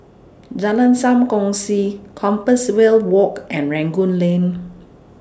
Jalan SAM Kongsi Compassvale Walk and Rangoon Lane